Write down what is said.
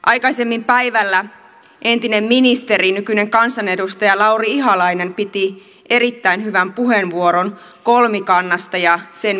aikaisemmin päivällä entinen ministeri nykyinen kansanedustaja lauri ihalainen piti erittäin hyvän puheenvuoron kolmikannasta ja sen merkityksestä